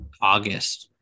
August